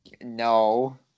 No